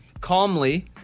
Calmly